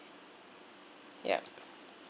yup